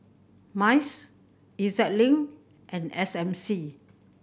MICE E Z Link and S M C